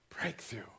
Breakthrough